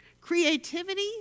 Creativity